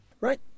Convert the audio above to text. Right